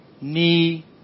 knee